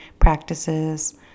practices